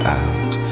out